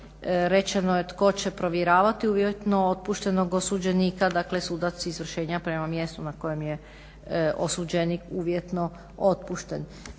rečeno je tko će provjeravati uvjetno otpuštenog osuđenika, dakle sudac izvršenja prema mjestu na kojem je osuđenik uvjetno otpušten.